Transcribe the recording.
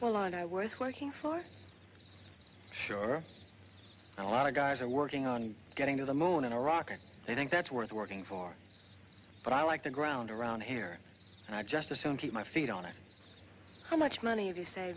well and i worth working for sure a lot of guys are working on getting to the moon in iraq they think that's worth working for but i like the ground around here and i just assume keep my feet on it how much money